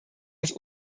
dass